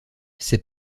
ses